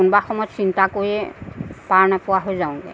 কোনোবা সময়ত চিন্তা কৰিয়ে পাৰ নোপোৱা হৈ যাওঁগৈ